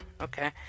Okay